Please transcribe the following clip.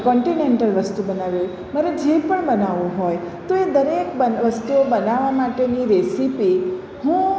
continental વસ્તુ બનાવવી હોય મારે જે પણ બનાવું હોય તો એ દરેક વસ્તુઓ બનાવવા માટેની રેસીપી હું